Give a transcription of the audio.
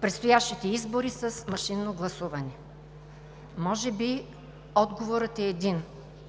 предстоящите избори с машинно гласуване? Може би отговорът е един: